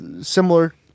similar